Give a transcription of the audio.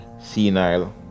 senile